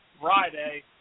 Friday